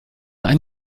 einen